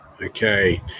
Okay